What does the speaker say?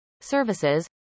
services